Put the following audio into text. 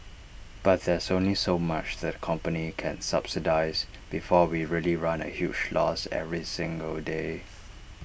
but there's only so much that the company can subsidise before we really run A huge loss every single day